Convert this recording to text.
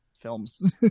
films